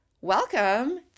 welcome